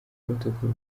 protocol